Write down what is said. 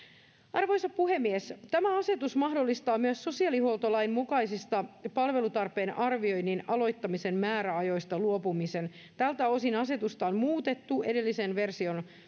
arvoisa puhemies tämä asetus mahdollistaa myös sosiaalihuoltolain mukaisista palvelutarpeen arvioinnin aloittamisen määräajoista luopumisen tältä osin asetusta on muutettu edelliseen versioon